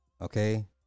Okay